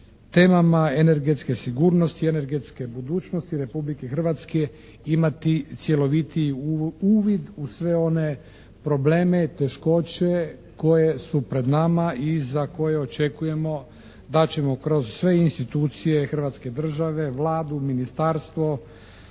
temama energetske sigurnosti i energetske budućnosti Republike Hrvatske imati cjelovitiji uvid u sve one probleme, teškoće koje su pred nama i za koje očekujemo da ćemo kroz sve institucije hrvatske države, Vladu, ministarstvo,